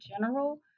general